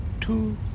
two